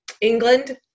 England